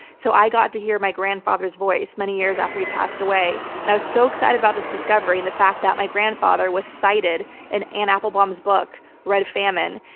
so, i got to hear my grandfather's voice many years after he passed away. and i was so excited about this discovery and the fact that my grandfather was cited in anne applebaum's book, red famine,